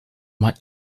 might